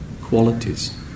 qualities